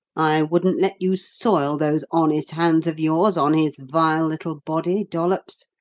i wouldn't let you soil those honest hands of yours on his vile little body, dollops.